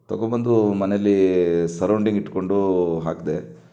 ತಗೋ ಬಂದು ಮನೆಯಲ್ಲಿ ಸರೌಂಡಿಂಗ್ ಇಟ್ಟುಕೊಂಡು ಹಾಕಿದೆ